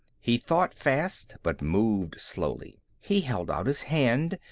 he thought fast but moved slowly. he held out his hand,